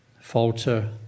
falter